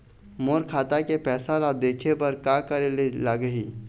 मोर खाता के पैसा ला देखे बर का करे ले लागही?